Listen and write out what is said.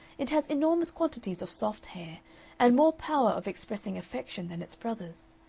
it has enormous quantities of soft hair and more power of expressing affection than its brothers.